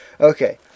okay